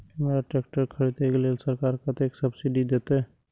हमरा ट्रैक्टर खरदे के लेल सरकार कतेक सब्सीडी देते?